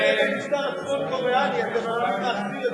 במסגרת המשטר הצפון-קוריאני אתם עלולים להחזיר את זה הנה.